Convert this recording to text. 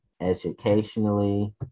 educationally